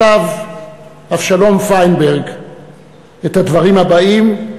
כתב אבשלום פיינברג את הדברים הבאים: